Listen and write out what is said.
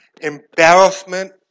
embarrassment